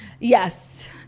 yes